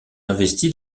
investi